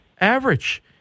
average